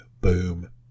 boom